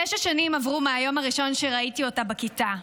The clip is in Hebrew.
תשע שנים עברו מהיום הראשון שראיתי אותה בכיתה,